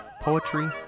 Poetry